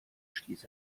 stieß